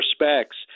respects